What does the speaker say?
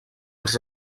els